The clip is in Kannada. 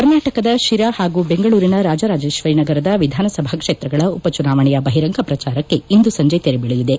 ಕರ್ನಾಟಕದ ಶಿರಾ ಪಾಗೂ ಬೆಂಗಳೂರಿನ ರಾಜರಾಜೇಶ್ವರಿ ನಗರದ ವಿಧಾನಸಭಾ ಕ್ಷೇತ್ರಗಳ ಉಪಚುನಾವಣೆಯ ಬಹಿರಂಗ ಪ್ರಚಾರಕ್ಕೆ ಇಂದು ಸಂಜೆ ತೆರೆಬೀಳಲಿದೆ